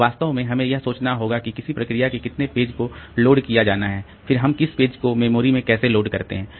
तो वास्तव में हमें यह सोचना होगा कि किसी प्रक्रिया के कितने पेज को लोड किया जाना है फिर हम किस पेज को मेमोरी में कैसे लोड करते हैं